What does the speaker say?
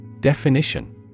Definition